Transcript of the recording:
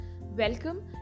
welcome